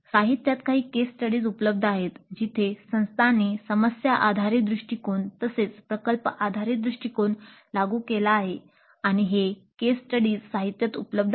साहित्यात काही case studies साहित्यात उपलब्ध आहेत